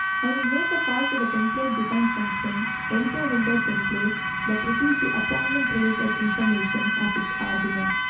i will make a call to the template design function editor window template that receives the appointment related information as its argument.